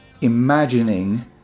imagining